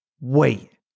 Wait